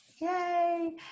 Yay